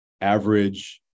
average